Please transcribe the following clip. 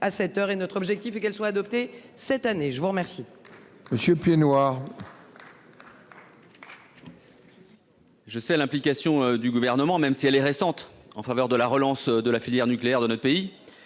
à 7h et notre objectif est qu'elle soit adoptée cette année. Je vous remercie.